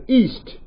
east